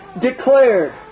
declared